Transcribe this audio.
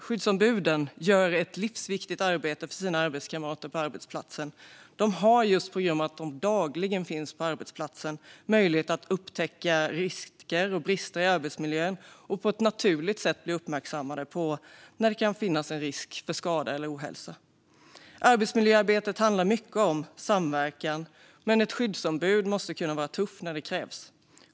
Skyddsombuden gör ett livsviktigt arbete för sina arbetskamrater på arbetsplatsen. De har just på grund av att de dagligen finns på arbetsplatsen möjlighet att upptäcka brister i arbetsmiljön och på ett naturligt sätt bli uppmärksammade på när det kan vara risk för skada eller ohälsa. Arbetsmiljöarbetet handlar mycket om samverkan, men ett skyddsombud måste kunna vara tuff när det krävs.